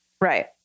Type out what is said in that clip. Right